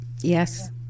Yes